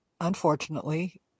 unfortunately